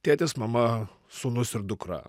tėtis mama sūnus ir dukra